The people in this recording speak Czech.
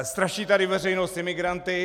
Straší tady veřejnost imigranty.